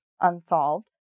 unsolved